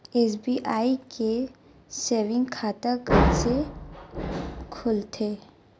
SBI के saving खाता कइसे खोलथे?